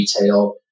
retail